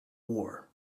war